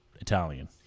italian